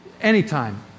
anytime